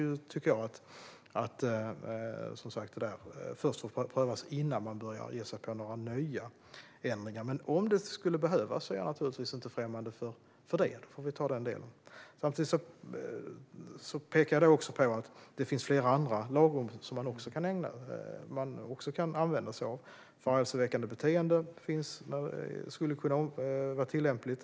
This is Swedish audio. Jag tycker att detta får prövas innan man börjar ge sig på några nya ändringar. Men om det skulle behövas är jag naturligtvis inte främmande för det, utan då får vi ta den delen. Samtidigt pekar jag på att det finns flera andra lagrum som man kan använda sig av. Förargelseväckande beteende skulle kunna vara tillämpligt.